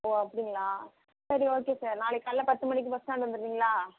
ஓ அப்படிங்ளா சரி okay sir நாளைக்கு காலைல பத்து மணிக்கு பஸ் ஸ்டாண்ட் வந்துறீங்களா